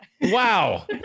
Wow